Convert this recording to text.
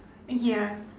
ya